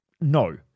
No